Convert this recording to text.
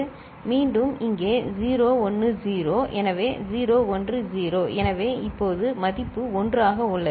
மீண்டும் இங்கே 0 1 0 எனவே 0 1 0 எனவே இப்போது மதிப்பு 1 ஆக உள்ளது